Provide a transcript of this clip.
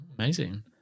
Amazing